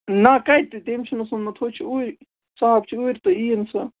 نا کَتہِ تٔمۍ چھُنَس ووٚنمُت ہُہ چھِ اوٗرۍ صاحب چھِ اوٗرۍ تہٕ یِیِن سُہ